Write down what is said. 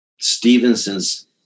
Stevenson's